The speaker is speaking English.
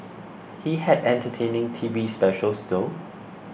he had entertaining T V specials though